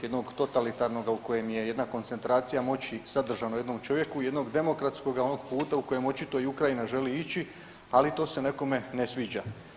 Jednog totalitarnoga u kojem je jedna koncentracija moći sadržana u jednom čovjeku i jednog demokratskoga onog puta u kojem očito i Ukrajina želi ići, ali to se nekome ne sviđa.